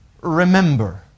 remember